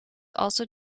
also